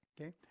okay